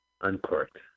Uncorked